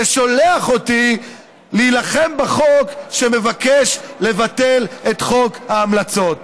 ששולח אותי להילחם בחוק שמבקש לבטל את חוק ההמלצות.